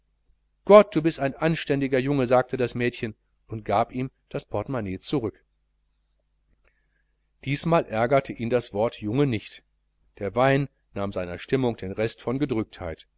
gott bist du ein anständiger junge sagte das mädchen und gab ihm das portemonnaie zurück diesmal ärgerte ihn das wort junge nicht der wein nahm seiner stimmung den rest von